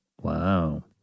Wow